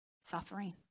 suffering